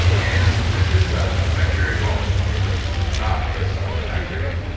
and this is a bacteria called, get this snodgrassella bacteria.